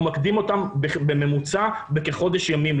הוא מקדים אותם בממוצע בכחודש ימים,